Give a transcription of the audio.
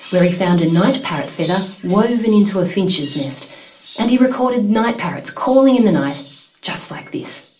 where he found a night parrot feather woven into a finch's nest and he recorded night parrots calling in the night just like this.